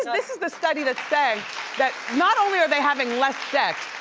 and this is the study, that said that not only are they having less sex,